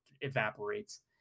evaporates